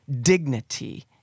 dignity